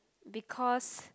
because